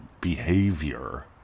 behavior